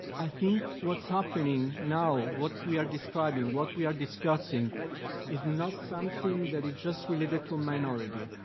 i think what's happening now, what we are describing, what we are discussing is not something that it just related to a minority.